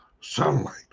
sunlight